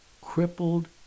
crippled